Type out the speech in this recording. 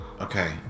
Okay